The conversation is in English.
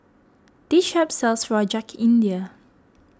this shop sells Rojak India